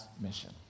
mission